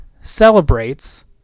celebrates